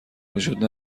وجود